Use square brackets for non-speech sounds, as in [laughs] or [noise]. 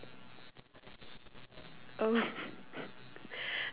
oh [laughs]